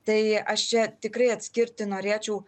tai aš čia tikrai atskirti norėčiau